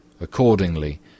Accordingly